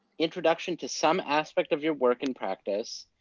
introduction to some aspect of your work and practice,